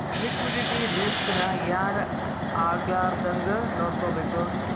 Liquidity risk ನ ಯಾರ್ ಆಗ್ಲಾರ್ದಂಗ್ ನೊಡ್ಕೊಬೇಕು?